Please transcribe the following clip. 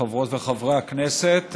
חברות וחברי הכנסת,